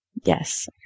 Yes